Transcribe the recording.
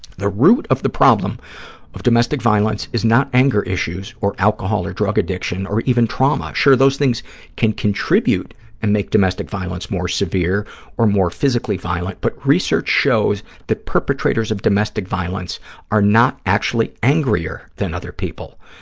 the root of the problem of domestic violence is not anger issues or alcohol or drug addiction or even trauma. sure, those things can contribute and make domestic violence more severe or more physically violent, but research shows that perpetrators of domestic violence are not actually angrier than other people,